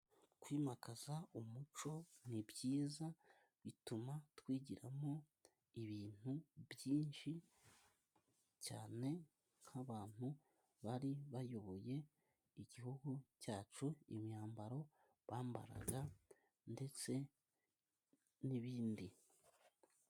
Kwimakaza umuco ni byiza, bituma twigiramo ibintu byinshi cyane, nk'abantu bari bayoboye igihugu cyacu, imyambaro bambaraga ndetse n'ibindi.